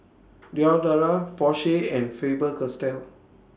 Diadora Porsche and Faber Castell